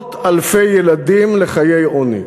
עשרות אלפי ילדים לחיי עוני.